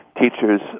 teachers